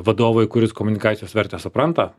vadovui kuris komunikacijos vertę supranta